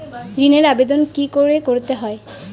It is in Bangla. ঋণের আবেদন কি করে করতে হয়?